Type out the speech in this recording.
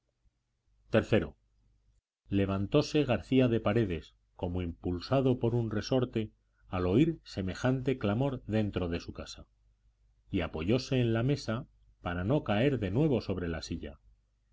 afrancesado iii levantóse garcía de paredes como impulsado por un resorte al oír semejante clamor dentro de su casa y apoyóse en la mesa para no caer de nuevo sobre la silla